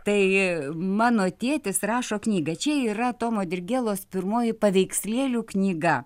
tai mano tėtis rašo knygą čia yra tomo dirgėlos pirmoji paveikslėlių knyga